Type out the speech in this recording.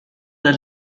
dal